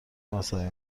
مذهبی